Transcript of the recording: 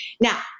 now